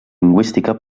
lingüística